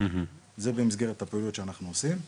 זה במסגרת הפעולות שאנחנו עושים.